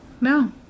No